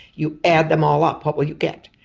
you add them all up, what will you get?